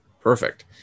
Perfect